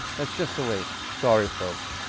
that's just a waste sorry folks.